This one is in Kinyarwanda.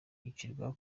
bicirwa